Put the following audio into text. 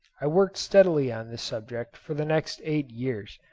i worked steadily on this subject for the next eight years,